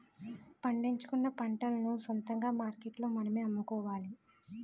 పండించుకున్న పంటలను సొంతంగా మార్కెట్లో మనమే అమ్ముకోవాలి